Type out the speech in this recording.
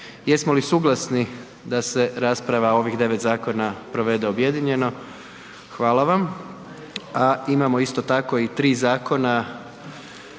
Jesmo li suglasni da se rasprava o ovih 9 zakona provede objedinjeno? Hvala vam. pa onda prelazimo na